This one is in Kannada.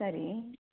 ಸರೀ